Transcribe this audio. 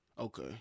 okay